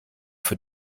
für